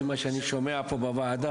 לפי מה שאני שומע פה בוועדה,